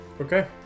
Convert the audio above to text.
Okay